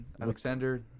Alexander